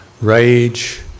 rage